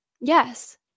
Yes